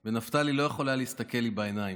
ונפתלי לא יכול היה להסתכל לי בעיניים.